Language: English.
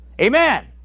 Amen